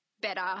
better